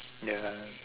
ya